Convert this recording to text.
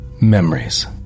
Memories